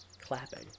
clapping